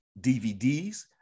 DVDs